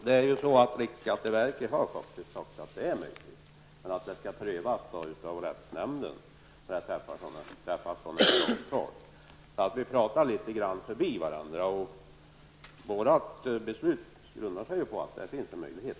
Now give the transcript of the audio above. Herr talman! Riksskatteverket har faktiskt sagt att det är möjligt, men att en prövning skall göras av rättsnämnden när sådana avtal träffas. Vi pratar litet grand förbi varandra. Vårt beslut grundar sig på att det finns en möjlighet.